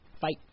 Fight